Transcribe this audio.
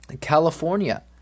California